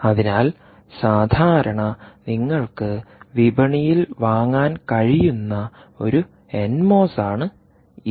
അതിനാൽ സാധാരണ നിങ്ങൾക്ക് വിപണിയിൽ വാങ്ങാൻ കഴിയുന്ന ഒരു എൻ മോസ് ആണ് ഇത്